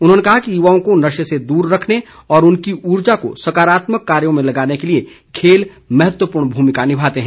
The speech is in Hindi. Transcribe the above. उन्होंने कहा कि युवाओं को नशे से दूर रखने व उनकी ऊर्जा को सकारात्मक कार्यो में लगाने के लिए खेल महत्वपूर्ण भूमिका निभाते हैं